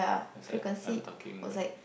as I I'm talking but